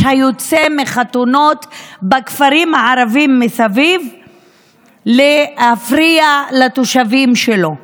היוצא מחתונות בכפרים הערביים מסביב להפריע לתושבים שלו.